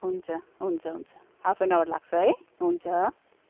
हुन्छ हुन्छ हुन्छ हाफ एन आवर लाग्छ है हुन्छ